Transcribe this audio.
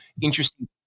interesting